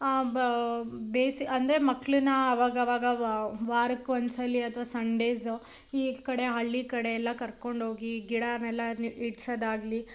ಬೇಸಿ ಅಂದರೆ ಮಕ್ಕಳನ್ನ ಆವಾಗ ಆವಾಗ ವಾ ವಾರಕ್ಕೆ ಒಂದ್ಸಲ ಅಥವಾ ಸಂಡೇಸು ಈ ಕಡೆ ಹಳ್ಳಿ ಕಡೆ ಎಲ್ಲ ಕರ್ಕೊಂಡೋಗಿ ಗಿಡನೆಲ್ಲ ಇಡ್ಸೋದಾಗ್ಲಿ